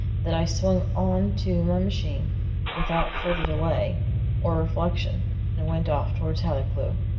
that i swung on to my machine without further delay or reflection and went off towards hathercleugh.